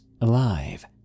alive